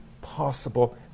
possible